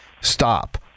stop